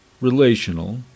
relational